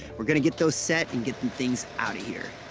we're going to get those set and get these things out of here.